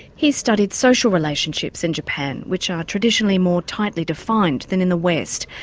he's studied social relationships in japan which are traditionally more tightly defined than in the west.